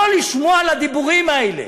לא לשמוע לדיבורים האלה.